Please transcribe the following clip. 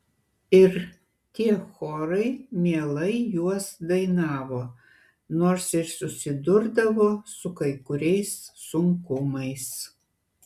ir tie chorai mielai juos dainavo nors ir susidurdavo su kai kuriais sunkumais